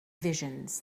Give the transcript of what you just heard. visions